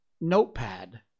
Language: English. notepad